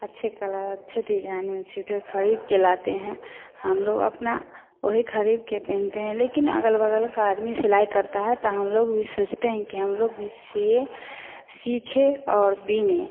अच्छे कलर अच्छे डिजाईन में स्वीटर ख़रीदकर लाते हैं हम लोग अपना वही ख़रीदकर पहनते हैं लेकिन अग़ल बग़ल का आदमी सिलाई करता है तो हम लोग भी सोचते हैं कि हम लोग भी सिए सीखे और बिने